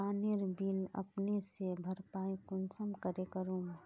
पानीर बिल अपने से भरपाई कुंसम करे करूम?